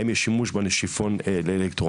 האם יש שימוש בנשיפון לאלקטרוני.